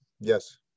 yes